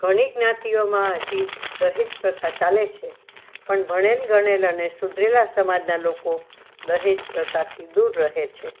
ઘણી જ્ઞાતિઓમાં હજી દહેજ પ્રથા ચાલે છે પણ ભણેલ ગણેલ અને સુધરેલા સમાજના લોકો દહેજ પ્રથાથી દૂર રહે છે